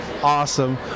Awesome